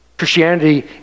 Christianity